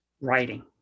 writing